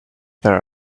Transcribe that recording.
there